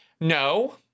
No